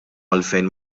għalfejn